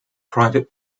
private